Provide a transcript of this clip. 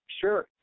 Sure